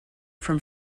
from